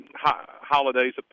holidays